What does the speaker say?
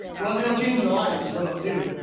well, it'll change your life, is what it'll do.